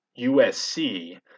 USC